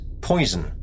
poison